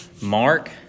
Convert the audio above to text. Mark